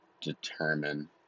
determine